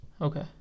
Okay